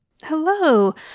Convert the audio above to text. Hello